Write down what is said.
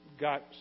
got